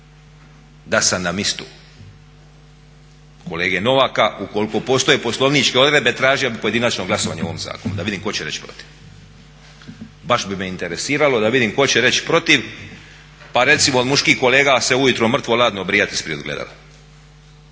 Da sam na mjestu kolege Novaka ukoliko postoje poslovničke odredbe tražio bih pojedinačno glasovanje o ovom zakonu da vidim tko će reći protiv. Baš bi me interesiralo da vidim tko će reći protiv, pa recimo od muških kolega se ujutro mrtvo hladno brijati ispred ogledala.